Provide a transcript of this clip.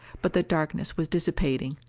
but the darkness was dissipating.